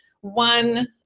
one